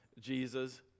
Jesus